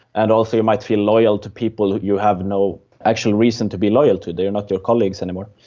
and also you might feel loyal to people you have no actual reason to be loyal to, they are not your colleagues anymore.